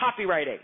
copywriting